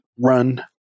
run